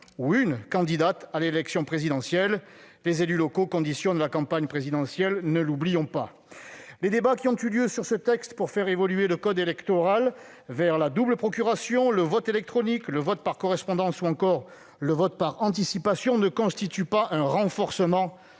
ou une candidate à l'élection présidentielle. Les élus locaux conditionnent la campagne présidentielle, ne l'oublions pas ! Les débats qui ont eu lieu sur ce texte pour faire évoluer le code électoral vers la double procuration, le vote électronique, le vote par correspondance, ou encore le vote par anticipation, ne constituent pas un renforcement,